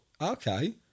Okay